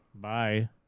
Bye